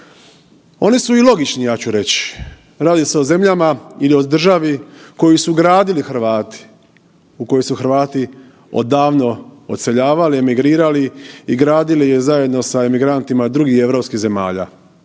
Oni su i logični, ja ću reći. Radi se o zemljama ili državi koju su gradili Hrvati, u koju su Hrvati odavno odseljavali, emigrirali i gradili zajedno sa emigrantima drugih europskih zemalja